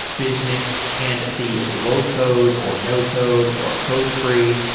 business and the low code, or no code, or code-free,